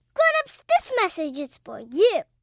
grown-ups, this message is for you.